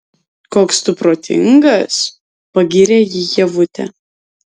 koks tu protingas pagyrė jį ievutė